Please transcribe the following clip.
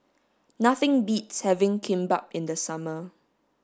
nothing beats having Kimbap in the summer